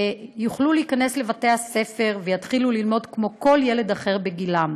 יוכלו להיכנס לבתי-הספר ויתחילו ללמוד כמו כל ילד אחר בגילם.